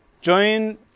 Join